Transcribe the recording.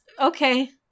Okay